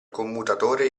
commutatore